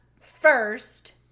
First